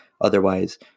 otherwise